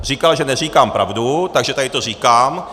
Říkal, že neříkám pravdu, takže tady to říkám.